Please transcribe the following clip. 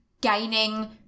gaining